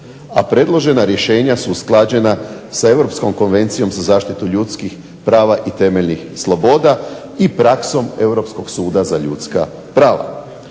a predložena rješenja su usklađena s Europskom konvencijom za zaštitu ljudskih prava i temeljnih sloboda i praksom Europskog suda za ljudska prava.